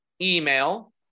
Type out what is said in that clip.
email